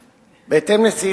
ועדת חוקה, חוק ומשפט.